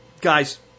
Guys